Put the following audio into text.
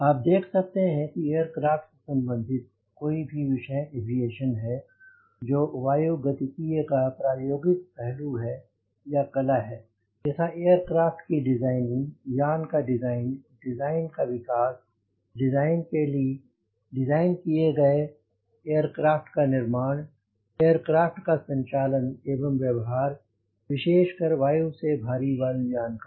आप देख सकते हैं कि एयरक्राफ़्ट से संबंधित कोई भी विषय एविएशन है जो वायुगतिकीय का प्रायोगिक पहलू है या कला है यथा एयरक्राफ़्ट की डिज़ाइनिंग यान का डिज़ाइन डिजाइन का विकास डिजाइन किये गए एयरक्राफ़्ट का निर्माण एयरक्राफ़्ट का संचालन एवं व्यवहार विशेष कर वायु से भारी वायु यान का